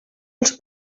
els